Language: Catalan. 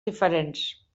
diferents